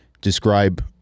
describe